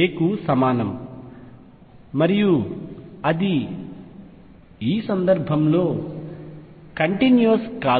a కు సమానం మరియు అది ఈ సందర్భంలో కంటిన్యూస్ కాదు